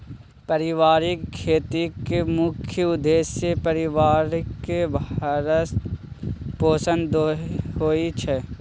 परिबारिक खेतीक मुख्य उद्देश्य परिबारक भरण पोषण होइ छै